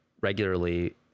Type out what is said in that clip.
regularly